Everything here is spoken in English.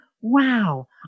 wow